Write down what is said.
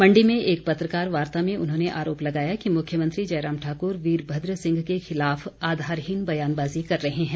मण्डी में एक पत्रकार वार्ता में उन्होंने आरोप लगाया कि मुख्यमंत्री जयराम ठाकुर वीरभद्र सिंह के खिलाफ आधारहीन बयानबाज़ी कर रहे हैं